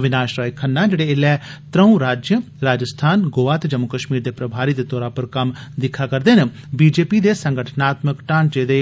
अविनाश राय खन्ना जेड़े ऐल्लै त्र'ऊ राज्ये राजस्थान गोवा ते जम्मू कश्मीर दे प्रभारी दे तौरा पर कम्मकार दिक्खा करदे न बीजेपी दे संगठनात्मक ढ़ांचे दे